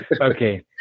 Okay